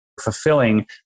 fulfilling